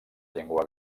llengua